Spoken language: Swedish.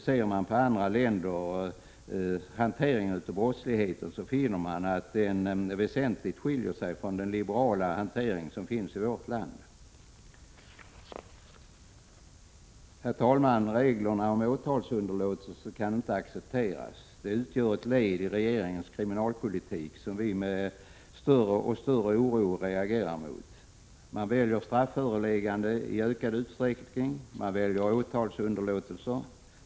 Ser man på andra länders hantering av brottsligheten finner man att den väsentligt skiljer sig från den svenska liberala hanteringen. Herr talman! Reglerna om åtalsunderlåtelse kan inte accepteras. De utgör ettlediregeringens kriminalpolitik vilket vi med allt större oro reagerar mot. Man väljer strafförelägganden i ökad utsträckning. Man väljer åtalsunderlåtelser.